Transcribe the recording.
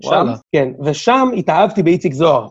וואללה.. כן.. ושם. ושם התאהבתי באיציק זוהר.